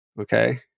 Okay